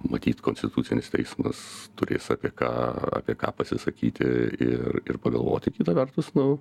matyt konstitucinis teismas turės apie ką apie ką pasisakyti ir ir pagalvoti kita vertus nu